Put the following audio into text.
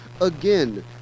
again